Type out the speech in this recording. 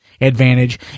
advantage